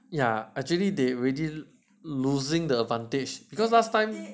ya actually they already losing the advantage because last time